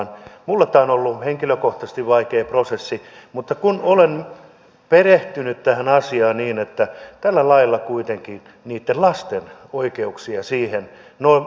minulle tämä on ollut henkilökohtaisesti vaikea prosessi mutta kun olen perehtynyt tähän asiaan niin kun tällä lailla kuitenkin niitten lasten oikeuksia siihen nolla